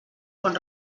quan